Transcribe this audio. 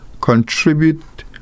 contribute